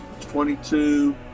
twenty-two